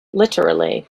literally